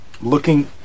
looking